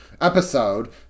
episode